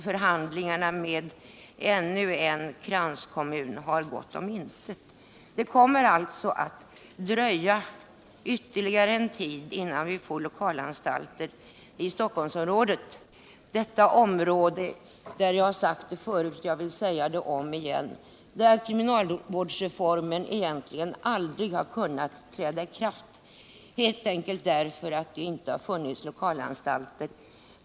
Förhandlingarna med ännu en kranskommun har gått om intet. Det kommer alltså att dröja ytterligare en tid innan vi får lokalanstalter i Stockholmsområdet. Jag har sagt det förut och vill säga det om igen att i Stockholmsområdet har kriminalvårdsreformen aldrig kunnat träda i kraft, helt enkelt därför att det inte funnits lokalanstalter.